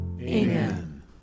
Amen